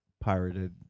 pirated